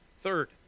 Third